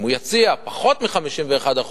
אם הוא יציע פחות מ-51%,